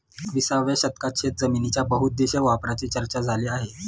एकविसाव्या शतकात शेतजमिनीच्या बहुउद्देशीय वापराची चर्चा झाली आहे